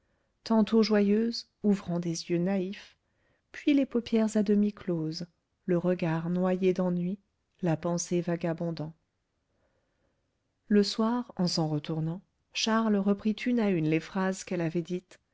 tantôt joyeuse ouvrant des yeux naïfs puis les paupières à demi closes le regard noyé d'ennui la pensée vagabondant le soir en s'en retournant charles reprit une à une les phrases qu'elle avait dites